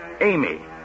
Amy